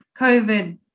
COVID